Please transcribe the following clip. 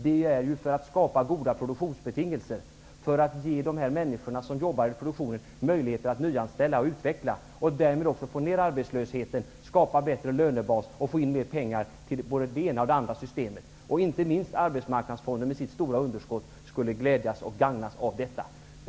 Det gör vi för att skapa goda produktionsbetingelser, för att ge de människor som jobbar i produktionen möjligheter att nyanställa och utveckla och därmed också få ner arbetslösheten, skapa bättre lönebas och få in mer pengar till både det ena och det andra systemet. Inte minst kommer arbetsmarknadsfonden med sitt stora underskott att gagnas av detta.